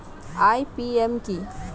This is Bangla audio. আই.পি.এম কি?